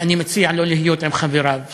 אני מציע לו להיות עם חבריו שם,